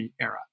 era